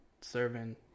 serving